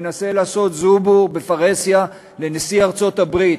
מנסה לעשות זובור בפרהסיה לנשיא ארצות-הברית,